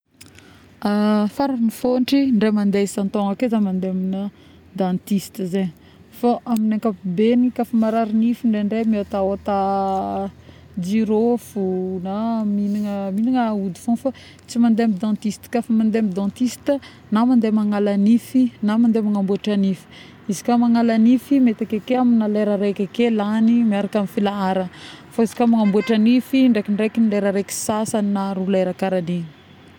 ˂hesitation˃ Fara fontry indray mandeha isan-taogna ake za mande amina dentisty zegny fô amin'ny ankapobegny ka fa marary nify, ndraindray miotaota girofle na mignana aôdy fogna fa tsy mandeha amin'ny dentiste, ka fa mandeha dentiste na mandeha mangala nify na magnambôtra nify izy ka mangala nify mety akeke amin'ny lera araiky ake lagny miaraka amin'ny filaharagna, fa izy ka magnambôtra nify ndraikindraiky lera raiky sy sasany na roa lera karaha igny